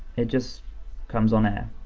it just comes on air.